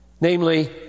namely